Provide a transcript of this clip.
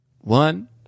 One